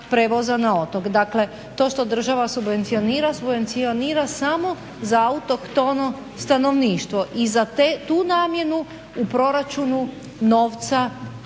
prijevoza na otok. Dakle, to što država subvencionira, subvencionira samo za autohtono stanovništvo. I za tu namjenu u proračunu novca